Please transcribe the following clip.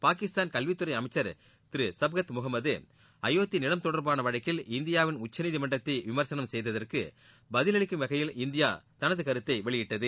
பாகிஸ்தான் கல்வித்துறை அமைச்சர் சுப்கத் முகமது அயோத்தி நிலம் தொடர்பாள வழக்கில் இந்தியாவின் உச்சநீதிமன்றத்தை விமர்சனம் செய்ததற்கு பதில் அளிக்கும் வகையில் இந்தியா தனது கருத்தை வெளியிட்டது